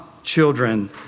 children